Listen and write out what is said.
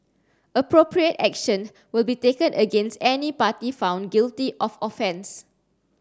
appropriate action will be taken against any party found guilty of offence